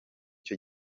cyo